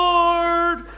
Lord